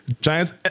Giants